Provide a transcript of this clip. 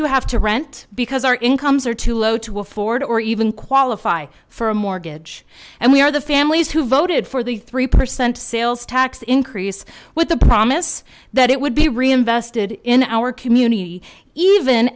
who have to rent because our incomes are too low to afford or even qualify for a mortgage and we are the families who voted for the three percent sales tax increase with the promise that it would be reinvested in our community even